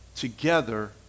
together